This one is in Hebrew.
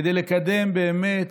כדי לקדם באמת